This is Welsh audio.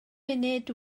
munud